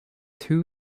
two